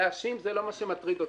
להאשים זה לא מה שמטריד אותי,